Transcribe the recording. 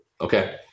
okay